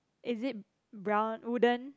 is it brown wooden